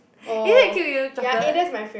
is that King William chocolate